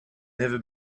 never